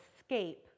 escape